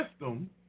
system